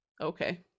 okay